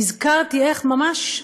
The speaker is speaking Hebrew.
נזכרתי איך ממש,